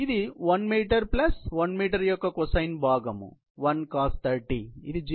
ఇది 1 metre plus 1 metre యొక్క cosine భాగం 1cos30 ఇది 0